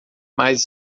mais